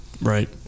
Right